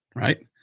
right?